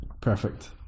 Perfect